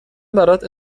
برات